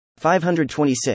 526